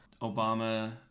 Obama